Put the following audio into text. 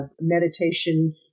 meditation